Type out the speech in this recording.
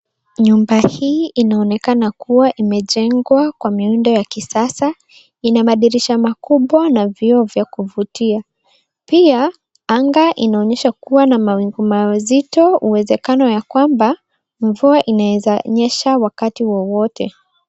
Nyumba hii inaonekana kuwa imejengwa kwa miundo ya kisasa. Ina madirisha makubwa na vioo vya kuvutia. Pia anga inaonyesha kuwa na mawingu mazito, uwezekano ya kwamba mvua inaweza nyesha wakati wowote.